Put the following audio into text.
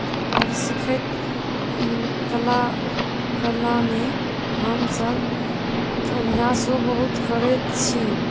आओर सीखैत कला कलामे हमसभ अभ्यासो बहुत करैत छी